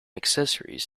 accessories